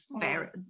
fair